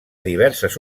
diverses